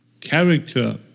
character